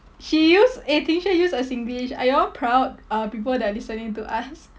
she used eh ding xue used a singlish are you all proud uh people that listening to us